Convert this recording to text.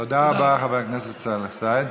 תודה רבה, חבר הכנסת סאלח סעד.